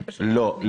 לא.